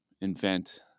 invent